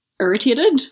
irritated